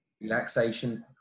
relaxation